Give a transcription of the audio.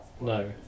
No